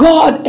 God